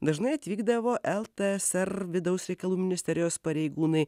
dažnai atvykdavo ltsr vidaus reikalų ministerijos pareigūnai